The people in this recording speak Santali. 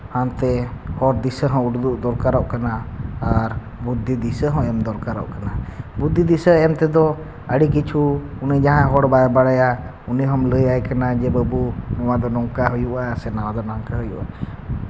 ᱦᱟᱱᱛᱮ ᱦᱚᱨ ᱫᱤᱥᱟᱹ ᱦᱚᱸ ᱩᱫᱩᱜ ᱫᱚᱨᱠᱟᱨᱚᱜ ᱠᱟᱱᱟ ᱟᱨ ᱵᱩᱫᱽᱫᱷᱤ ᱫᱤᱥᱟᱹ ᱦᱚᱸ ᱮᱢ ᱫᱚᱨᱠᱨᱚᱜ ᱠᱟᱱᱟ ᱵᱩᱫᱽᱫᱷᱤ ᱫᱤᱥᱟᱹ ᱮᱢ ᱛᱮᱫᱚ ᱟᱹᱰᱤ ᱠᱤᱪᱷᱩ ᱩᱱᱤ ᱡᱟᱦᱟᱸᱭ ᱦᱚᱲ ᱵᱟᱭ ᱵᱟᱲᱟᱭᱟ ᱩᱱᱤ ᱦᱚᱸᱢ ᱞᱟᱹᱭᱟᱭ ᱠᱟᱱᱟ ᱡᱮ ᱵᱟᱹᱵᱩ ᱱᱚᱣᱟᱫᱚ ᱱᱚᱝᱠᱟ ᱦᱩᱭᱩᱜᱼᱟ ᱥᱮ ᱱᱚᱣᱟ ᱫᱚ ᱱᱚᱝᱠᱟ ᱦᱩᱭᱩᱜᱼᱟ